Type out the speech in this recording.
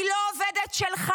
היא לא עובדת שלך.